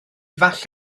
bydd